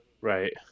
right